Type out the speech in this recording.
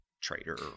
trader